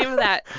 um that?